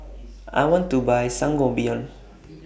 I want to Buy Sangobion